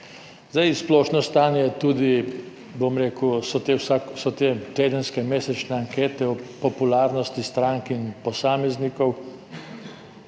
Zdaj, splošno stanje, bom rekel, so te tedenske, mesečne ankete o popularnosti strank in posameznikov.